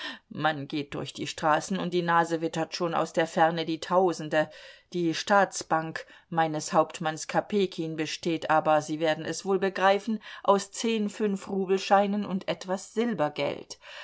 man geht durch die straßen und die nase wittert schon aus der ferne die tausende die staatsbank meines hauptmanns kopejkin besteht aber sie werden es wohl begreifen aus zehn fünfrubelscheinen und etwas silbergeld